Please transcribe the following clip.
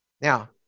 Now